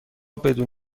بدون